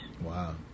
Wow